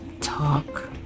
Talk